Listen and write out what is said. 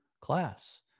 Class